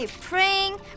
Praying